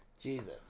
Jesus